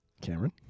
Cameron